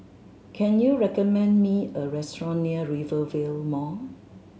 can you recommend me a restaurant near Rivervale Mall